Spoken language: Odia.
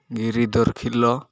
ଗିରି ଦରଖିଲ